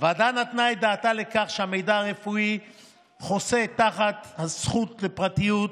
הוועדה נתנה את דעתה לכך שהמידע הרפואי חוסה תחת הזכות לפרטיות,